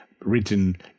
Written